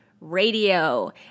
Radio